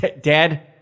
Dad